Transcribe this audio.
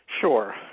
Sure